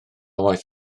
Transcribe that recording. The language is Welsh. waith